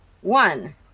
one